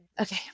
Okay